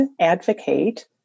advocate